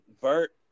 Bert